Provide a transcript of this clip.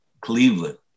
Cleveland